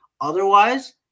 Otherwise